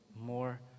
More